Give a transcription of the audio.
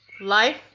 Life